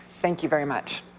thank you very much.